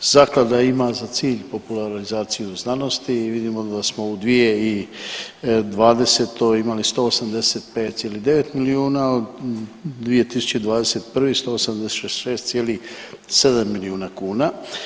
Zaklada ima za cilj popularizaciju znanosti i vidimo da smo u 2020. imali 185,9 milijuna, 2021. 186,7 milijuna kuna.